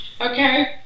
Okay